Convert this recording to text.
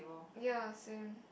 ya same